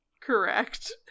Correct